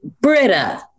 Britta